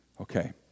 Okay